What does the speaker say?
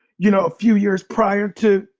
you know, a few years prior to,